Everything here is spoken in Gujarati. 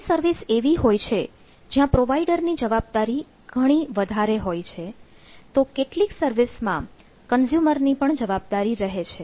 ઘણી સર્વિસ એવી હોય છે જ્યાં પ્રોવાઇડર ની જવાબદારી ઘણી ઘણી વધારે હોય છે તો કેટલીક સર્વિસમાં કન્ઝ્યુમર ની પણ જવાબદારી રહે છે